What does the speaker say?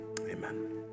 Amen